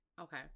Okay